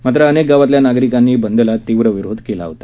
मात्र अनेक गावातल्या नागरिकांनी बंदला तीव्र विरोध केला होता